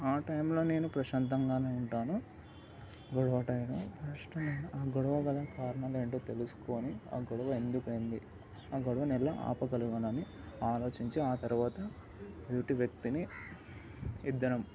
ఆ టైమ్లో నేను ప్రశాంతంగానే ఉంటాను గొడవ టైమ్ నెక్స్ట్ ఆ గొడవ గల కారణాలు ఏంటో తెలుసుకొని ఆ గొడవ ఎందుకు అయింది ఆ గొడవని ఎలా ఆపగలిగాను అని ఆలోచింది ఆ తరువాత ఎదుటి వ్యక్తిని ఇద్దరం